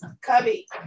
Cubby